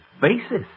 Basis